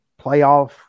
playoff